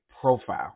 profile